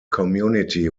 community